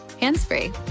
hands-free